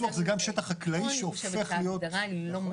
שטח חקלאי שהופך להיות,